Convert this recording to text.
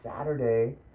Saturday